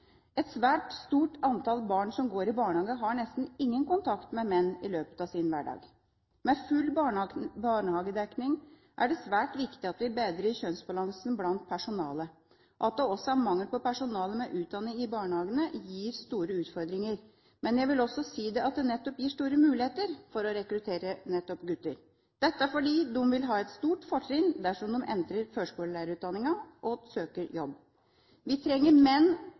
Et svært stort antall barn som går i barnehage, har nesten ingen kontakt med menn i løpet av sin hverdag. Med full barnehagedekning er det svært viktig at vi bedrer kjønnsbalansen blant personalet. At det også er mangel på personale med utdanning i barnehagene, gir store utfordringer, men jeg vil også si at det gir store muligheter til å rekruttere nettopp gutter, dette fordi de vil ha et stort fortrinn dersom de entrer førskolelærerutdanninga og søker jobb. Vi trenger menn